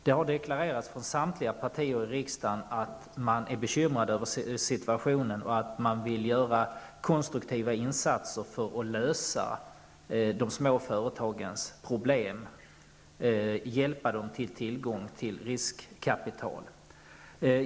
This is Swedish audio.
Det har deklarerats från samtliga partier i riksdagen att man är bekymrad över situationen och att man vill göra konstruktiva insatser för att lösa de små företagens problem och hjälpa dem att få tillgång till riskkapital.